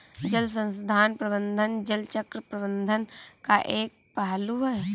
जल संसाधन प्रबंधन जल चक्र प्रबंधन का एक पहलू है